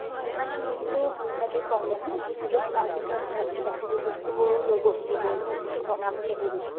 হয় মানে মেইনটো পইচাটো প্ৰব্লেম ন পইচাটো পোৱাৰ পিছত ধৰক কিবাকিবি বস্তুবোৰ ল'ব লাগিব ৰুমটো বনাব লাগিব